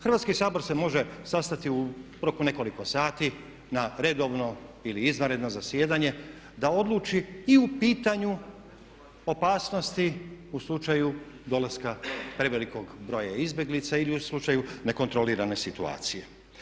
Hrvatski sabor se može sastati u roku nekoliko sati na redovno ili izvanredno zasjedanje da odluči i u pitanju opasnosti u slučaju dolaska prevelikog broja izbjeglica ili u slučaju nekontrolirane situacije.